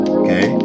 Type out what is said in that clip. okay